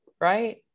right